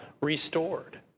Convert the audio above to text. restored